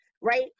right